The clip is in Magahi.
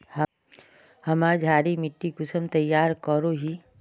हमार क्षारी मिट्टी कुंसम तैयार करोही?